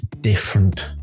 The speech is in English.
different